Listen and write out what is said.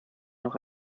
noch